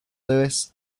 lewis